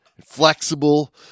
flexible